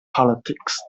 politics